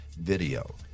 video